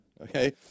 Okay